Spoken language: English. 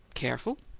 careful?